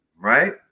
right